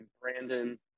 Brandon